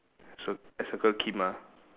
so I circle Kim ah